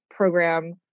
program